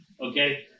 Okay